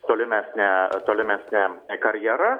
tolimesnę tolimesnė karjera